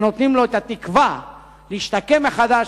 שנותנים לו את התקווה להשתקם מחדש